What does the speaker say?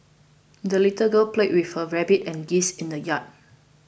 the little girl played with her rabbit and geese in the yard